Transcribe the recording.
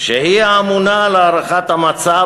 שהוא האמון על הערכת המצב,